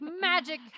magic